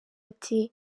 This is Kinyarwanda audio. ati